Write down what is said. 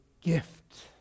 gift